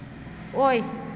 ꯑꯣꯏ